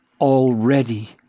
already